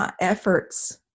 efforts